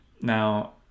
Now